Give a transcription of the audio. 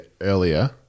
earlier